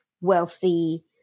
wealthy